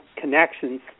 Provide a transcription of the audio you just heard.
connections